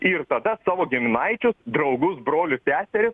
ir tada savo giminaičius draugus brolius seseris